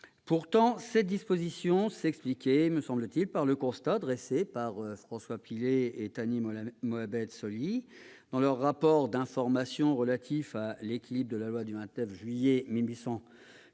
Pourtant, cette disposition s'expliquait, me semble-t-il, par le constat dressé par MM. François Pillet et Thani Mohamed Soilihi dans leur rapport d'information intitulé « L'Équilibre de la loi du 29 juillet 1881